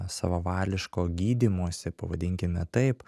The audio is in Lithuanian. savavališko gydymosi pavadinkime taip